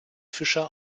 fischer